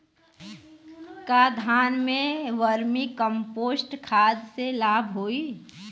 का धान में वर्मी कंपोस्ट खाद से लाभ होई?